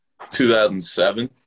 2007